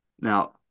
Now